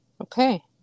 Okay